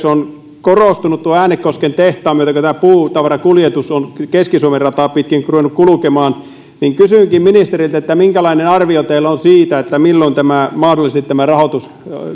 on korostunut äänekosken tehtaan myötä kun tämän puutavaran kuljetus on keski suomen rataa pitkin ruvennut kulkemaan kysynkin ministeriltä minkälainen arvio teillä on siitä milloin mahdollisesti rahoitus